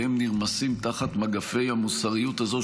והם נרמסים תחת מגפי המוסריות הזאת,